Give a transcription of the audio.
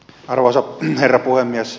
arvoisa herra puhemies